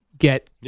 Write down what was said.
get